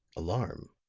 alarm,